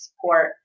support